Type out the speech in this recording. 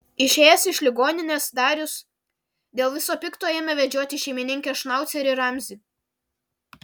išėjęs iš ligoninės darius dėl viso pikto ėmė vedžiotis šeimininkės šnaucerį ramzį